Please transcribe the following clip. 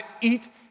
eat